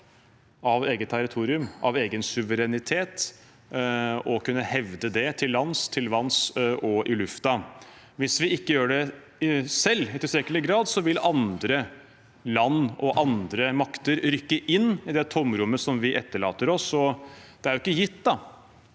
av eget territorium, av egen suverenitet, og kunne hevde det til lands, til vanns og i luften. Hvis vi ikke gjør det selv i tilstrekkelig grad, vil andre land og andre makter rykke inn i det tomrommet som vi etterlater oss, og det er ikke gitt at